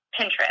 Pinterest